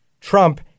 Trump